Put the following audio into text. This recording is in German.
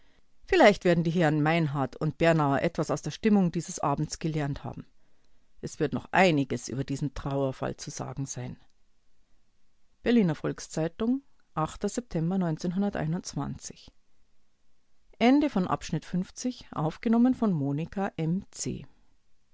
vielleicht werden die herren meinhardt und bernauer etwas aus der stimmung dieses abends gelernt haben es wird noch einiges über diesen trauerfall zu sagen sein berliner volks-zeitung